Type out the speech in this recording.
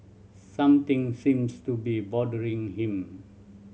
something seems to be bothering him